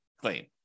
claim